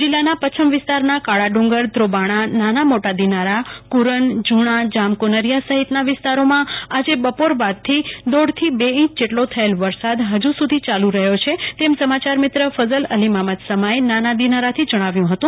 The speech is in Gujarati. જીલ્લાના પચ્છમ વિસ્તારના ધ્રોબાણા નાના મોટા દિનારા કુરાનઝુણા જામકુનરીયા સહિતના વિસ્તારોમાં આજે બપોર બાદ થી દોઢ થી બે છંચ જેટલો થયેલ વરસાદ હજી સુધી ચાલુ રહ્યો છે તેમ સમાચાર મિત્ર ફઝલ અલીમામદ સમાએ નાના દીનારાથી જણાવ્યું હતું